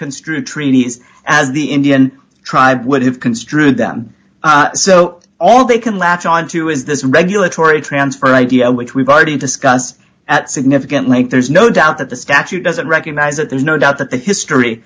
construe treaties as the indian tribe would have construed them so all they can latch on to is this regulatory transfer idea which we've already discussed at significant length there's no doubt that the statute doesn't recognize that there's no doubt that the history